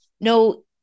No